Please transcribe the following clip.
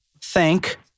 thank